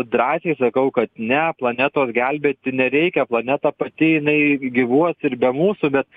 drąsiai sakau kad ne planetos gelbėti nereikia planeta pati jinai gyvuos ir be mūsų bet